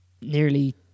nearly